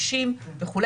50 וכו'.